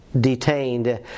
detained